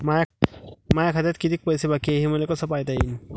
माया खात्यात कितीक पैसे हाय, हे मले कस पायता येईन?